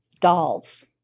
Dolls